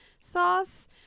sauce